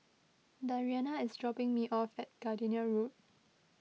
Dariana is dropping me off at Gardenia Road